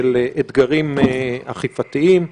של אתגרים אכיפתיים.